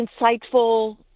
insightful